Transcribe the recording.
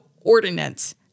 ordinance